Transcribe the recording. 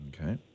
Okay